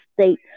state